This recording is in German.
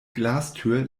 glastür